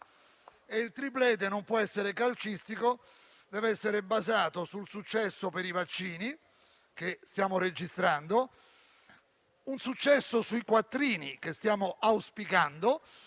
Il *triplete* non può essere calcistico, ma deve essere basato sul successo con i vaccini (che stiamo registrando) e con i quattrini (che stiamo auspicando).